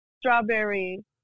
strawberry